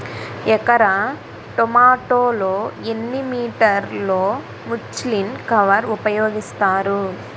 ఎకర టొమాటో లో ఎన్ని మీటర్ లో ముచ్లిన్ కవర్ ఉపయోగిస్తారు?